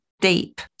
deep